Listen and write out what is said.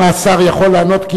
אם השר יכול לענות,